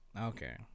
okay